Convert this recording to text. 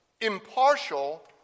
impartial